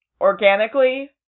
Organically